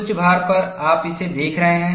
उच्च भार पर आप इसे देख रहे हैं